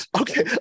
Okay